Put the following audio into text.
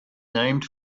named